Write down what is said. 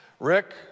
Rick